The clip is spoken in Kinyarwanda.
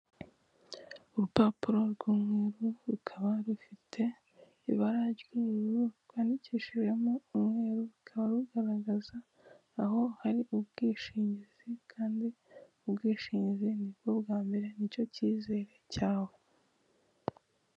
Urupapuro rw'umweru rukaba rufite ibara ry'ubururu rwandikishijemo umweru rukaba rugaragaza aho hari ubwishingizi kandi ubwishingizi nibwo bwa mbere nicyo kizere cyawe.